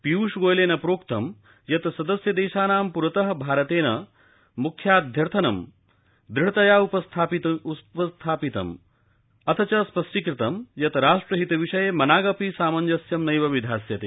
पीयूष गोयलेन प्रोक्तं यत् सदस्य देशानां प्रतः भारतेन मुख्याध्यर्थनं दृढतया उपस्थापितम् अथ च स्पष्टीक़तं यत् राष्ट्रविषये मनागपि सामञ्स्यं नैव निद्यास्यते